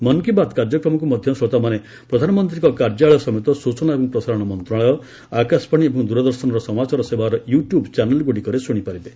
ମନ୍ କୀ ବାତ୍ କାର୍ଯ୍ୟକ୍ରମକୁ ମଧ୍ୟ ଶ୍ରୋତାମାନେ ପ୍ରଧାନମନ୍ତ୍ରୀଙ୍କ କାର୍ଯ୍ୟାଳୟ ସମେତ ସୂଚନା ଏବଂ ପ୍ରସାରଣ ମନ୍ତ୍ରଶାଳୟ ଆକାଶବାଣୀ ଏବଂ ଦୂରଦର୍ଶନର ସମାଚାର ସେବାର ୟୁଟ୍ୟୁବ୍ ଚ୍ୟାନେଲ୍ ଗୁଡ଼ିକରେ ଶୁଣିପାରିବେ